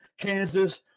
Kansas